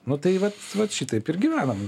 nu tai va vat šitaip ir gyvenam